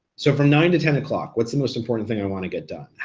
so from nine to ten o'clock, what's the most important thing i wanna get done?